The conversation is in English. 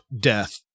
death